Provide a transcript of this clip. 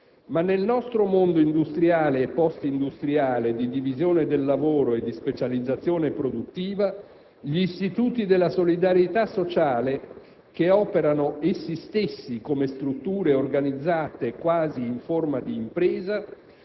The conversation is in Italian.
osserviamo profonde ingiustizie sociali anche in società opulente. Ma nel nostro mondo industriale e postindustriale di divisione del lavoro e di specializzazione produttiva, gli istituti della solidarietà sociale,